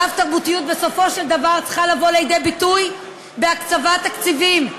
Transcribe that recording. רב-תרבותיות בסופו של דבר צריכה לבוא לידי ביטוי בהקצבת תקציבים,